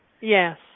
yes